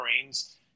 Marines